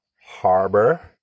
harbor